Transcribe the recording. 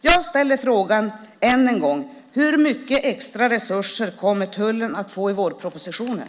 Jag ställer än en gång frågan: Hur mycket extra resurser kommer tullen att få i vårpropositionen?